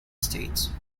states